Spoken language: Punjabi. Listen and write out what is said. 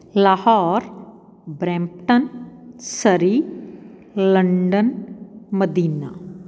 Lahore Brampton Surrey London Madina